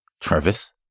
Travis